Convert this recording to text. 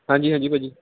ਹਾਂਜੀ ਹਾਂਜੀ ਭਾਅ ਜੀ